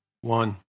one